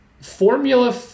formula